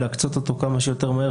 להקצות אותו כמה שיותר מהר,